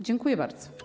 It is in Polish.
Dziękuję bardzo.